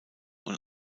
und